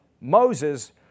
Moses